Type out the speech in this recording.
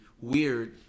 weird